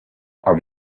speak